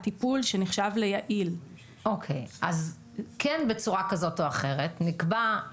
אוקי, דקה.